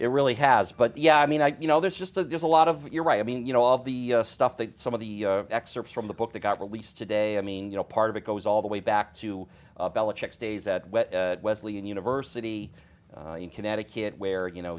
it really has but yeah i mean i you know there's just so there's a lot of what you're right i mean you know all of the stuff that some of the excerpts from the book that got released today i mean you know part of it goes all the way back to days at wesleyan university in connecticut where you know